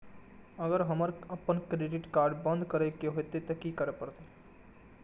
अगर हमरा आपन क्रेडिट कार्ड बंद करै के हेतै त की करबै?